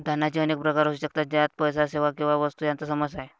दानाचे अनेक प्रकार असू शकतात, ज्यात पैसा, सेवा किंवा वस्तू यांचा समावेश आहे